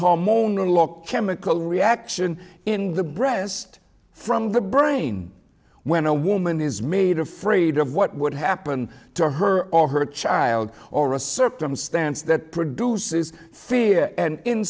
homeowner look chemical reaction in the breast from the brain when a woman is made afraid of what would happen to her or her child or a circumstance that produces fear and in